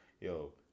yo